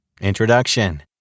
Introduction